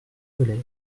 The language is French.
velay